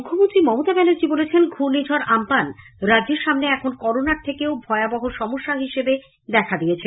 মুখ্যমন্ত্রী মমতা ব্যানার্জী বলেছেন ঘূর্ণিঝড় আমপান রাজ্যের সামনে এখন করোনার থেকেও ভয়াবহ সমস্যা হিসাবে দেখা দিয়েছে